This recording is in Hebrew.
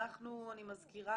אני מזכירה,